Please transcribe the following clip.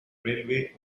railway